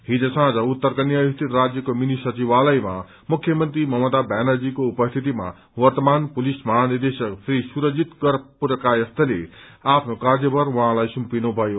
हिज साँझ उत्तर कन्या स्थित राज्यको मिनी सचिवालयमा मुख्यमन्त्री ममता ब्यानर्जीको उपस्थितिमा वर्तमान पुलिस महानिदेशक श्री सुरजीत कर पुरकायस्थले आफ्नो कार्यभार उहाँलाई सुम्पिनु भयो